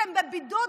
שהם בבידוד,